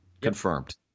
Confirmed